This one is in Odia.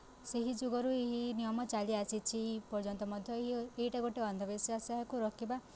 ସେହି ଯୁଗରୁ ଏହି ନିୟମ ଚାଲିଆସିଛି ଏ ପର୍ଯ୍ୟନ୍ତ ମଧ୍ୟ ଏଇଟା ଗୋଟେ ଅନ୍ଧବିଶ୍ଵାସ ଏହାକୁ ରୋକିବା